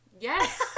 Yes